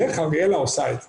דרך אריאלה עושה את זה,